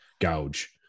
gouge